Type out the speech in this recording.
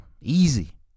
easy